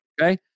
Okay